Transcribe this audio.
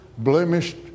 Blemished